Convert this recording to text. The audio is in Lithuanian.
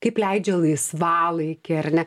kaip leidžia laisvalaikį ar ne